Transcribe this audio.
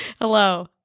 Hello